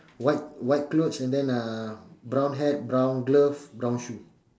white white clothes and then uh brown haired brown glove brown shoe